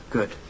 Good